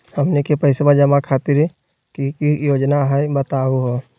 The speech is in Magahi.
हमनी के पैसवा जमा खातीर की की योजना हई बतहु हो?